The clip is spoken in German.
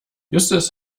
justus